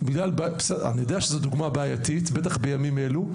אני יודע שזו דוגמה בעייתית, בטח בימים אלו.